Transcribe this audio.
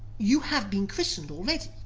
you have been christened